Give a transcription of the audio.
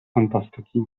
fantastyki